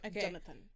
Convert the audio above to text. Jonathan